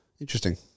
Interesting